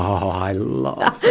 i love that!